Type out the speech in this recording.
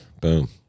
Boom